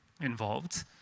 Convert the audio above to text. involved